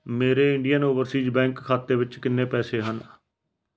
ਮੇਰੇ Indian Overseas Bank ਖਾਤੇ ਵਿੱਚ ਕਿੰਨੇ ਪੈਸੇ ਹਨ